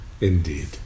Indeed